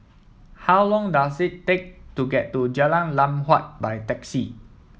how long does it take to get to Jalan Lam Huat by taxi